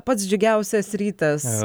pats džiugiausias rytas